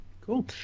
Cool